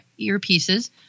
earpieces